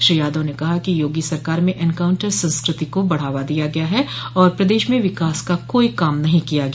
श्री यादव ने कहा कि योगी सरकार में एनकाउंटर संस्कृति को बढ़ावा दिया गया और प्रदेश में विकास का कोई काम नहीं किया गया